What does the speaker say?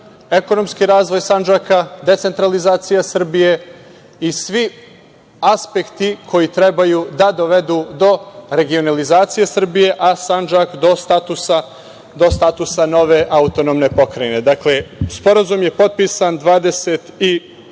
Sandžak, ekonomski razvoj Sandžaka, decentralizacija Srbije i svi aspekti koji trebaju da dovedu do regionalizacije Srbije, a Sandžak do statusa nove autonomne pokrajine. Dakle, Sporazum je potpisan 28.